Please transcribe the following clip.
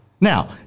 Now-